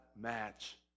match